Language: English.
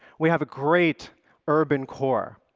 we have a great urban core,